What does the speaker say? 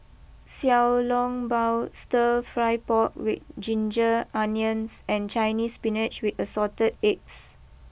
Xiao long Bao Stir Fry Pork with Ginger Onions and Chinese spinach with assorted eggs